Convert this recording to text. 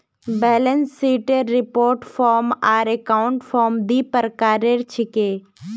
balance शीटेर report form आर account form दी प्रकार छिके